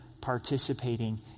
participating